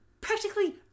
practically